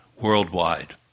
Worldwide